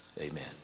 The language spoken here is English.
amen